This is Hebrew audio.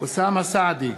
אוסאמה סעדי,